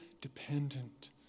dependent